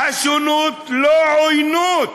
השונות היא לא עוינות.